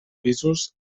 pisos